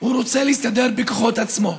הוא רוצה להסתדר בכוחות עצמו.